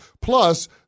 Plus